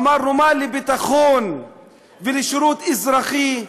אמרנו: מה לביטחון ולשירות אזרחי?